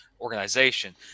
organization